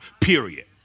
period